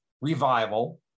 Revival